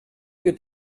you